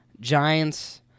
Giants